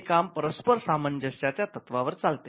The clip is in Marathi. हे काम परस्पर सामंजस्याच्या तत्वावर चालते